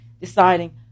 deciding